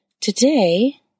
Today